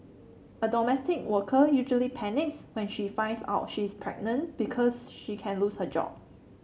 a domestic worker usually panics when she finds out she is pregnant because she can lose her job